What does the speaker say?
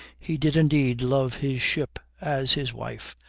he did, indeed, love his ship as his wife,